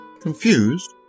Confused